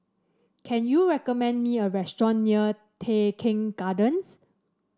can you recommend me a restaurant near Tai Keng Gardens